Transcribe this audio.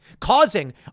causing